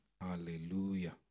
Hallelujah